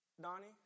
Donnie